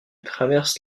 traverse